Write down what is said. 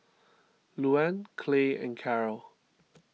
Luann Clay and Karol